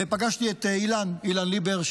ופגשתי את אילן ליבר,